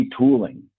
retooling